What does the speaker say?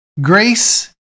Grace